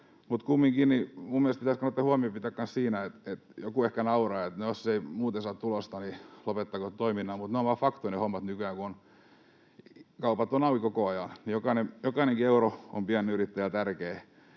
suuria. Kumminkin minun mielestäni pitäisi huomio pitää kanssa siinä... Joku ehkä nauraa, että no jos ei muuten saa tulosta, niin lopettakoon toiminnan. Mutta ne hommat ovat vain faktoja nykyään, kun kaupat ovat auki koko ajan. Jokainen euro on pienyrittäjälle tärkeä.